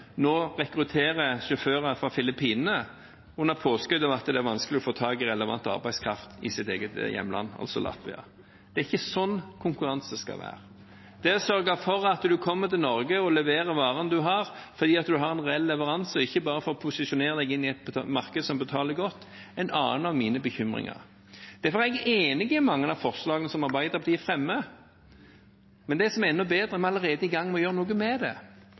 nå rekrutterer sjåfører fra Filippinene under påskudd av at det er vanskelig å få tak i relevant arbeidskraft i sitt hjemland, altså Latvia. Det er ikke sånn konkurranse skal være. Det å sørge for at du kommer til Norge og leverer varene du har fordi du har en reell leveranse, og ikke bare for å posisjonere deg inn i et marked som betaler godt, er en annen av mine bekymringer. Derfor er jeg enig i mange av forslagene som Arbeiderpartiet fremmer, men det som er enda bedre: vi er allerede i gang med å gjøre noe med det.